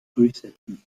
durchsetzen